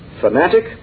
fanatic